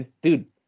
Dude